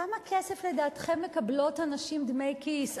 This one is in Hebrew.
כמה כסף לדעתכם הנשים מקבלות כדמי כיס?